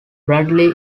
bradley